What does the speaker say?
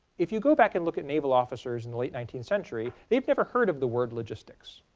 if you go back and look at naval officers in the late nineteenth century, they've never heard of the word logistics.